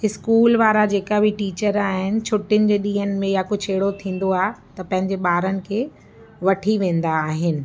school वारा जेका बि टीचर आहिनि छुट्टियुनि जे ॾींहंनि में या कुझु अहिड़ो थींदो आहे त पंहिंजे ॿारनि खे वठी वेंदा आहिनि